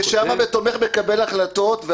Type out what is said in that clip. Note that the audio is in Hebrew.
ושם אני תומך בלקבל החלטות,